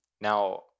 Now